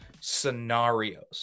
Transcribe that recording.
scenarios